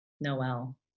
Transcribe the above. noel